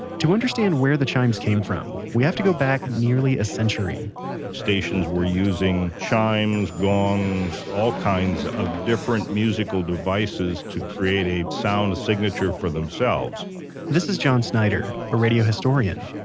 to understand where the chimes came from, we have to go back nearly a century stations were using chimes, gongs, all kinds of different musical devices to create a sound signature for themselves this is john snyder, a radio historian.